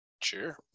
Sure